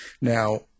Now